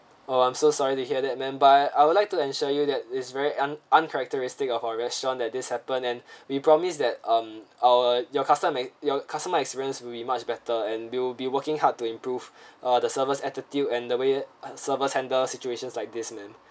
oh I'm so sorry to hear that ma'am but I I would like to ensure you that is very un uncharacteristic of our restaurant that this happened and we promise that um our your customer your customer experience will be much better and we will be working hard to improve ah the server's attitude and the way our servers handle situations like this ma'am